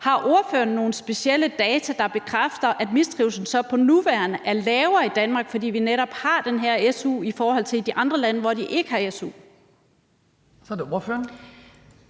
Har ordføreren nogen specielle data, der bekræfter, at mistrivslen så på nuværende tidspunkt er lavere i Danmark, fordi vi netop har den her su, i forhold til i de andre lande, hvor man ikke har su? Kl. 16:33 Den